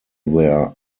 their